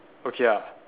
okay ah